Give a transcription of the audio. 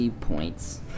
points